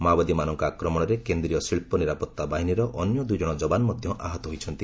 ମାଓବାଦୀମାନଙ୍କ ଆକ୍ରମଣରେ କେନ୍ଦ୍ରୀୟ ଶିଳ୍ପ ନିରାପତ୍ତା ବାହିନୀର ଅନ୍ୟ ଦୂଇ ଜଣ ଯବାନ ମଧ୍ୟ ଆହତ ହୋଇଛନ୍ତି